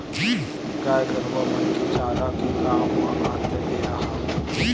गाय गरुवा मन के चारा के काम म आथे पेरा ह